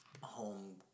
home